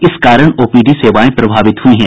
इस कारण ओपीडी सेवाएं प्रभावित हुई हैं